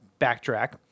backtrack